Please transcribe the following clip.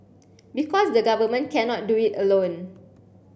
because the government cannot do it alone